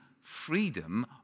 freedom